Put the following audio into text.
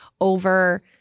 over